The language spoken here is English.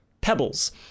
pebbles